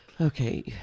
Okay